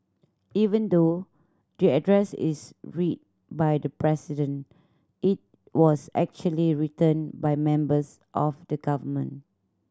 even though the address is read by the President it was actually written by members of the government